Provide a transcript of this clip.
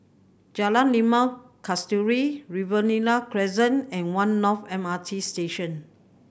Jalan Limau Kasturi Riverina Crescent and One North M R T Station